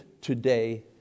today